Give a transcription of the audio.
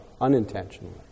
unintentionally